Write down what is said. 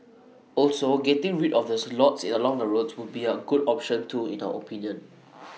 also getting rid of the slots in along the roads would be A good option too in our opinion